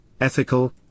ethical